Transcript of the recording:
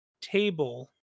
table